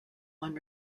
one